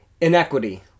Inequity